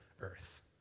earth